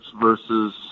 versus